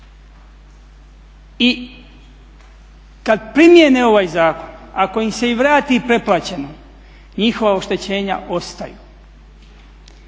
I kad primjene ovaj zakon ako im se i vrati preplaćeno njihova oštećenja ostaju.